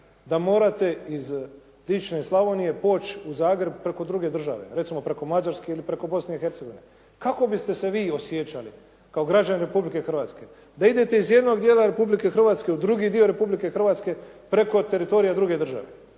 da morate iz dične Slavonije poć u Zagreb preko druge države, recimo preko Mađarske ili preko Bosne i Hercegovine. Kako biste se vi osjećali kao građanin Republike Hrvatske da idete iz jednog dijela Republike Hrvatske u drugi dio Republike Hrvatske preko teritorija druge države?